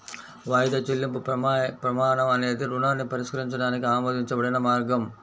వాయిదా చెల్లింపు ప్రమాణం అనేది రుణాన్ని పరిష్కరించడానికి ఆమోదించబడిన మార్గం